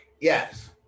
yes